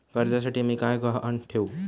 कर्जासाठी मी काय गहाण ठेवू?